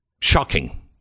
shocking